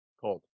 Cold